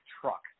truck